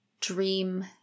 Dream